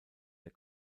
der